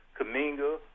Kaminga